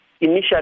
initially